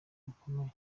rukomeye